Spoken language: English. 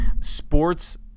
sports